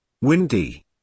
windy